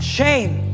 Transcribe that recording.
Shame